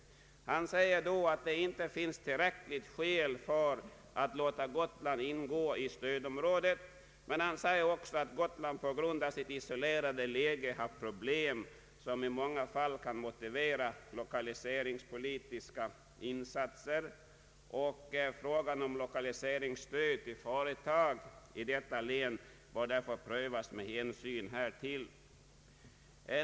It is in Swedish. Han anser att det inte finns tillräckliga skäl för att låta Gotland ingå i stödområdet, men säger också att Gotland på grund av sitt isolerade läge har problem som i många fall kan motivera lokaliseringspolitiska insatser. Frågan om lokaliseringsstöd till företag i detta län bör därför, enligt statsrådets mening, prövas med hänsyn härtill.